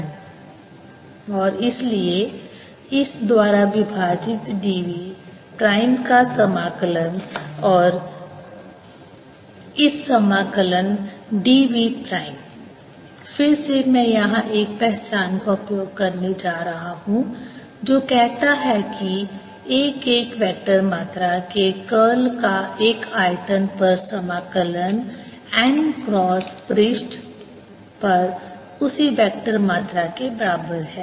1r rMr×1r rMr 1r rMr Mr×1r r ×1r rMr1r rMr और इसलिए इस द्वारा विभाजित dv प्राइम का समाकलन और इस समाकलन dv प्राइम फिर से मैं यहाँ एक पहचान का उपयोग करने जा रहा हूँ जो कहता है कि एक एक वेक्टर मात्रा के कर्ल का एक आयतन पर समाकलन n क्रॉस पृष्ठ पर उसी वेक्टर मात्रा के बराबर है